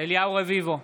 אליהו רביבו,